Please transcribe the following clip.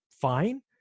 fine